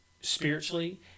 spiritually